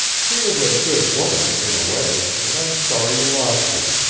she was a good woman, in a way, and i'm sorry you lost her.